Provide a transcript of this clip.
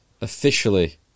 Officially